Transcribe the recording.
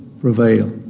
prevail